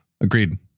Agreed